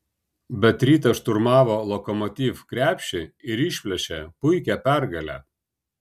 bet rytas šturmavo lokomotiv krepšį ir išplėšė puikią pergalę